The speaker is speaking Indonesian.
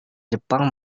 jepang